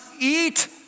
eat